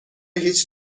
هیچ